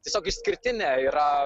tiesiog išskirtinė yra